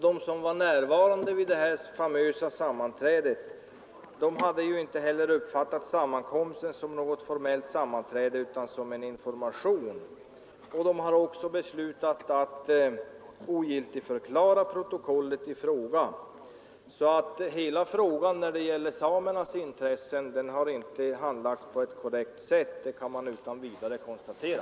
De som var närvarande vid det här famösa mötet hade inte heller uppfattat sammankomsten som något formellt sammanträde utan som en information, och de har därför beslutat att ogiltigförklara protokollet. Frågan har inte handlagts på ett korrekt sätt när det gäller samernas intressen — det kan man utan vidare konstatera.